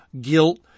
guilt